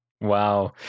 Wow